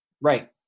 Right